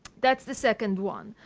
that's the second one.